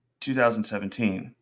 2017